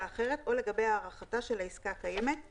אחרת או לגבי הארכתה של העסקה הקיימת ;